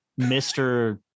Mr